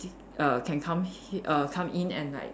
err can come he~ err come in and like